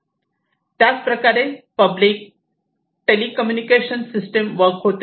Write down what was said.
त्याच प्रकारे public telecommunication system work होते